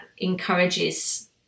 encourages